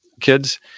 kids